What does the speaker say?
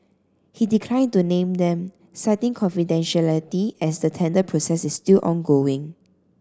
he declined to name them citing confidentiality as the tender process is still ongoing